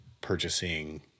purchasing